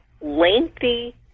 lengthy